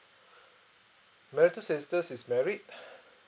marital status is married